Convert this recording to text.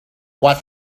what